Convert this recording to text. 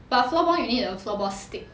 but floorball you need a floorball stick